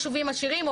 יישובים עשירים.